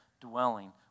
dwelling